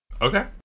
Okay